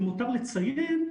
למותר לציין,